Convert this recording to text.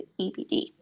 EBD